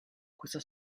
questa